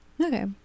okay